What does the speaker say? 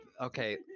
Okay